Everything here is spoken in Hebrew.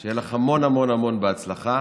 שיהיה לך המון המון המון בהצלחה.